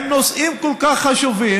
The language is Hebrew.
עם נושאים כל כך חשובים,